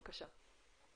בבקשה.